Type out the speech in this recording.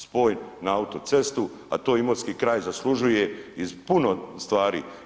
Spoj na autocestu, a to imotski kraj zaslužuje iz puno stvari.